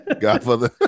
godfather